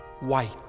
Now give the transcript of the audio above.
White